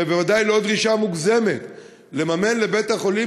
זו בוודאי לא דרישה מוגזמת לממן לבית-החולים